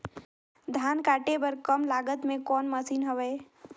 धान काटे बर कम लागत मे कौन मशीन हवय?